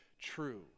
true